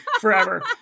forever